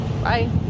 Bye